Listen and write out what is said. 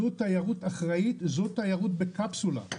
זה תיירות אחראית, זה תיירות בקפסולה.